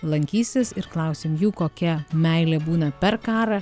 lankysis ir klausim jų kokia meilė būna per karą